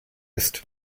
ist